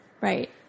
Right